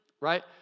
right